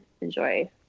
enjoy